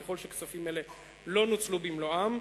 ככל שכספים אלה לא נוצלו במלואם,